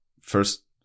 first